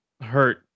hurt